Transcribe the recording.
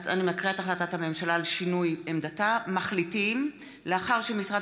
אני מקריאה את החלטת הממשלה על שינוי עמדתה: מחליטים: 1. לאחר שמשרד